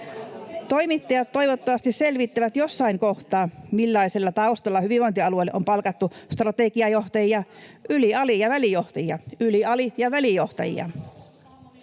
Toimittajat toivottavasti selvittävät jossain kohtaa, millaisella taustalla hyvinvointialueelle on palkattu strategiajohtajia, yli-, ali- ja välijohtajia — yli-, ali- ja välijohtajia.